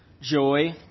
joy